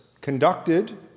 conducted